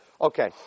Okay